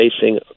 facing